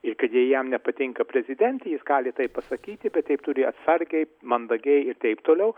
ir kad jei jam nepatinka prezidentė jis gali taip pasakyti bet taip turi atsargiai mandagiai ir taip toliau